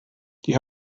die